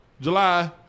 July